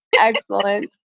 Excellent